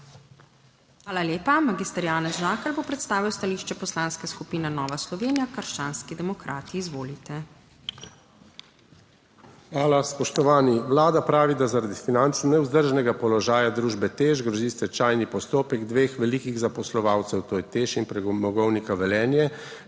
Hvala lepa. Magister Janez Žakelj bo predstavil stališče Poslanske skupine Nova Slovenija - krščanski demokrati. Izvolite. **MAG. JANEZ ŽAKELJ (PS NSi):** Hvala. Spoštovani! Vlada pravi, da zaradi finančno nevzdržnega položaja družbe TEŠ grozi stečajni postopek dveh velikih zaposlovalcev, to je TEŠ in Premogovnika Velenje,